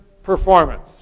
performance